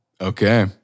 Okay